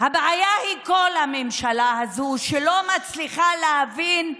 הבעיה היא כל הממשלה הזו, שלא מצליחה להבין,